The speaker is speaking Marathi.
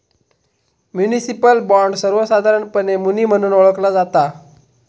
म्युनिसिपल बॉण्ड, सर्वोसधारणपणे मुनी म्हणून ओळखला जाता